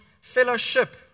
fellowship